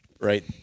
right